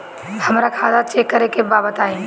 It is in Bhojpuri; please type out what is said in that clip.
हमरा खाता चेक करे के बा बताई?